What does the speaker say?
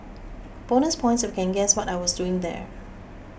bonus points if you can guess what I was doing there